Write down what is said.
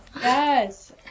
Yes